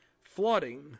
Flooding